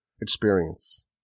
experience